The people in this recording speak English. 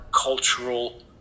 cultural